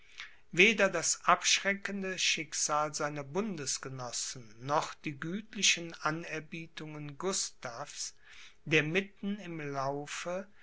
weder das abschreckende schicksal seiner bundesgenossen noch die gütlichen anerbietungen gustavs der mitten im laufe